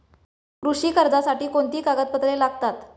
कृषी कर्जासाठी कोणती कागदपत्रे लागतात?